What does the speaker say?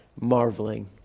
marveling